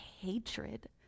hatred